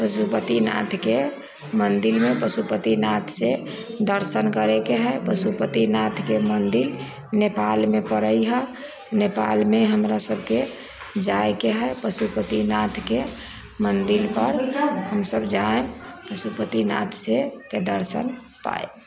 पशुपति नाथके मन्दिरमे पशुपति नाथसँ दर्शन करैके हइ पशुपति नाथके मन्दिर नेपालमे पड़ैत हइ नेपालमे हमरा सभकेँ जाइके हइ पशुपति नाथके मन्दिर पर हम सभ जायब पशुपति नाथसँके दर्शन पायब